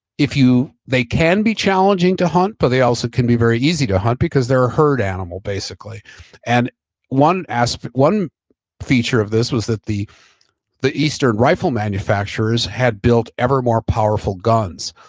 if you, they can be challenging to hunt, but they also can be very easy to hunt, because they're a herd animal basically and one aspect, one feature of this was that, the the eastern rifle manufacturers had built ever more powerful guns,